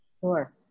sure